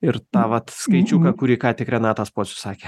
ir tą vat skaičiuką kurį ką tik renatas pocius sakė